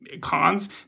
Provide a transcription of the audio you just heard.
cons